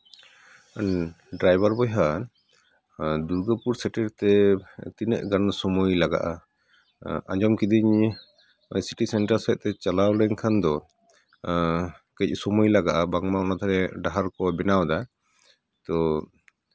ᱦᱮᱸ ᱰᱨᱟᱭᱵᱷᱟᱨ ᱵᱚᱭᱦᱟ ᱫᱩᱨᱜᱟᱹᱯᱩᱨ ᱥᱮᱴᱮᱨ ᱛᱮ ᱛᱤᱱᱟᱹᱜ ᱜᱟᱱ ᱥᱚᱢᱚᱭ ᱞᱟᱜᱟᱜᱼᱟ ᱟᱸᱡᱚᱢ ᱠᱤᱫᱟᱹᱧ ᱥᱤᱴᱤ ᱥᱮᱱᱴᱟᱨ ᱥᱮᱫᱛᱮ ᱪᱟᱞᱟᱣ ᱞᱮᱱᱠᱷᱟᱱ ᱫᱚ ᱠᱟᱹᱪ ᱥᱚᱢᱚᱭ ᱞᱟᱜᱟᱜᱼᱟ ᱵᱟᱝᱢᱟ ᱚᱱᱟ ᱫᱷᱟᱨᱮ ᱰᱟᱦᱟᱨ ᱠᱚ ᱵᱮᱱᱟᱣᱫᱟ ᱛᱳ